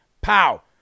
Pow